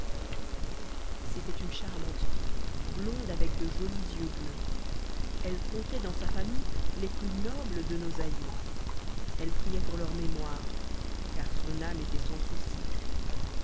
c'était une charmante fille blonde avec de jolis yeux bleus elle comptait dans sa famille les plus nobles de nos aieux elle priait pour leur mémoire car son âme était sans soucis